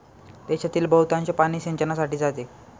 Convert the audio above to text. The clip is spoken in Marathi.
देशातील बहुतांश पाणी सिंचनासाठी जाते